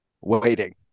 waiting